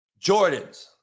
Jordans